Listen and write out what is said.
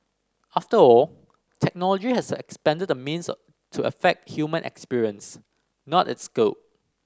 after all technology has expanded the means to affect human experience not its scope